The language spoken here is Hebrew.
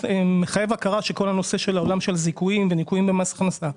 מחייב הכרה של כל עולם הזיכויים והניכויים במס הכנסה.